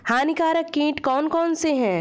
हानिकारक कीट कौन कौन से हैं?